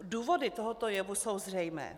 Důvody tohoto jevu jsou zřejmé.